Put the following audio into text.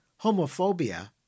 homophobia